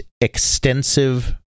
extensive